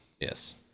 Yes